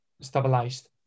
stabilized